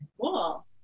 Cool